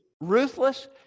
ruthless